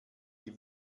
die